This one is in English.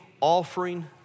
offering